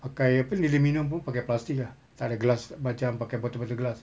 pakai apa aluminium ke pakai plastic ah tak ada glass macam pakai batu batu glass